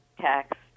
tax